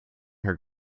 her